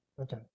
Okay